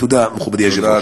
תודה, מכובדי היושב-ראש.